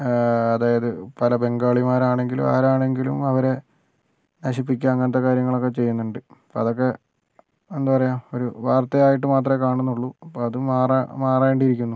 അതായത് പല ബംഗാളിമാരാണെങ്കിലും ആരാണെങ്കിലും അവരെ നശിപ്പിക്കുക അങ്ങനത്തെ കാര്യങ്ങള് ഒക്കെ ചെയ്യുന്നുണ്ട് അതൊക്കെ എന്താ പറയുക ഒരു വാർത്ത ആയിട്ട് മാത്രമെ കാണുന്നുള്ളൂ അപ്പം അതും മാറേണ്ടിയിരിക്കുന്നു